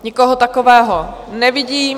Nikoho takového nevidím.